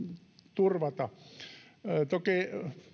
turvata toki